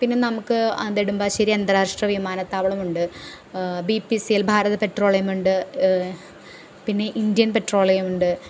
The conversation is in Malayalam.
പിന്നെ നമുക്ക് നെടുമ്പാശ്ശേരി അന്താരാഷ്ട്ര വിമാനത്താവളമുണ്ട് B P C L Bharat പെട്രോളിയമുണ്ട് പിന്നെ ഇന്ത്യൻ പെട്രോളിയമുണ്ട്